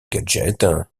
gadgets